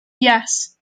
yes